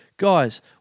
Guys